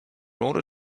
order